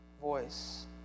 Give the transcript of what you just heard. voice